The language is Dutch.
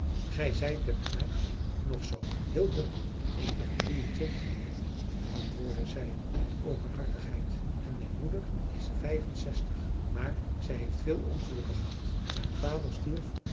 gij zijt dunkt mij nog zoo heel jong ik ben drieëntwintig mijnheer antwoordde zij met openhartigheid en mijn moeder is vijfenzestig maar zij heeft veel ongelukken gehad mijn vader stierf